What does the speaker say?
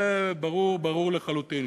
זה ברור לחלוטין.